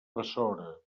besora